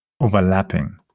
overlapping